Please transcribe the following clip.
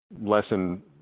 lesson